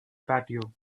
patio